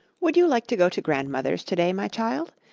would you like to go to grandmother's to-day, my child?